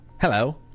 hello